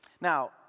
Now